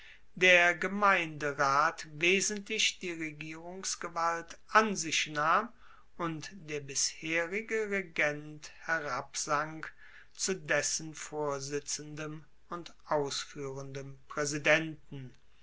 der gemeinderat wesentlich die regierungsgewalt an sich nahm und der bisherige regent herabsank zu dessen vorsitzendem und ausfuehrendem